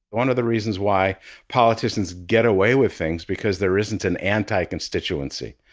one of the reasons why politicians get away with things because there isn't an anti-constituency.